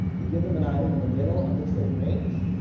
we give them an item in the middle of the trait range.